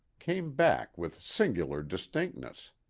came back with singular distinctness.